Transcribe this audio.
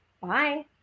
Bye